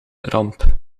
ramp